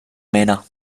mena